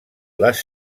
les